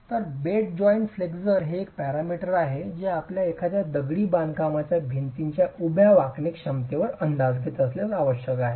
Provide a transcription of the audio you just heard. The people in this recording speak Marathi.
तर बेड जॉइंट फ्लेक्चर हे एक पॅरामीटर आहे जे आपण एखाद्या दगडी बांधकामाच्या भिंतीच्या उभ्या वाकणे क्षमतेचा अंदाज घेत असल्यास आवश्यक आहे